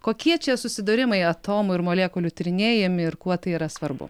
kokie čia susidūrimai atomų ir molekulių tyrinėjami ir kuo tai yra svarbu